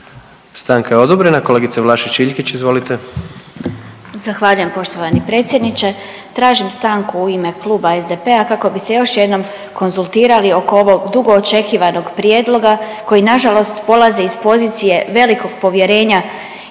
Stanka je odobrena. Kolegice Vlašić Iljkić, izvolite. **Vlašić Iljkić, Martina (SDP)** Zahvaljujem poštovani predsjedniče. Tražim stanku ime Kluba SDP-a kako bi se još jednom konzultirali oko ovog dugo očekivanog prijedloga koji nažalost polaze iz pozicije velikog povjerenja